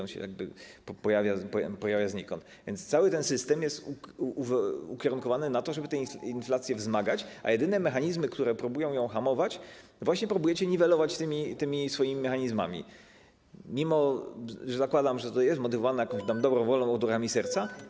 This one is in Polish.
On się pojawia znikąd, więc cały ten system jest ukierunkowany na to, żeby tę inflację wzmagać, a jedyne mechanizmy, które próbują ją hamować, właśnie próbujecie niwelować tymi swoimi mechanizmami, mimo że zakładam, że to jest motywowane jakąś tam dobrą wolą, odruchami serca.